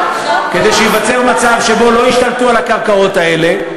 כדי שייווצר מצב שבו לא ישתלטו על הקרקעות האלה.